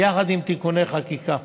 ביחד עם תיקוני חקיקה.